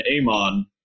Amon